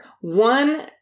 One